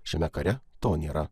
šiame kare to nėra